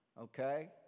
Okay